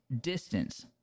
distance